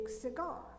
cigar